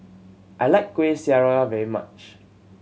I like Kueh Syara very much